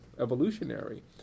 evolutionary